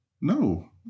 No